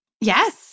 Yes